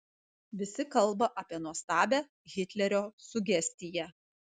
visi kalba apie nuostabią hitlerio sugestiją